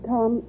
Tom